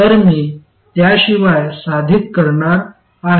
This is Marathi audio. तर मी त्याशिवाय साधित करणार आहे